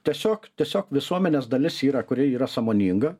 tiesiog tiesiog visuomenės dalis yra kuri yra sąmoninga